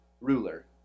ruler